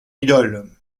idole